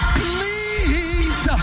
please